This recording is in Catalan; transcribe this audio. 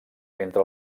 entre